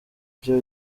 ibyo